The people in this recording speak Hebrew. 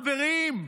חברים.